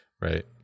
Right